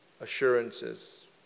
assurances